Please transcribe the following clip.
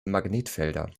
magnetfelder